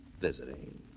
visiting